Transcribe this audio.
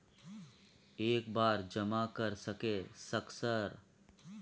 एक बार जमा कर सके सक सर?